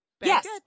Yes